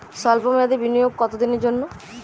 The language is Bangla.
সল্প মেয়াদি বিনিয়োগ কত দিনের জন্য?